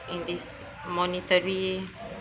in this monetary